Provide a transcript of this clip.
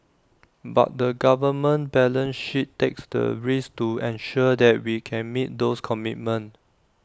but the government balance sheet takes the risk to ensure that we can meet those commitments